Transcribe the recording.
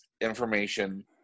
information